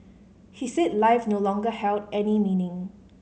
he said life no longer held any meaning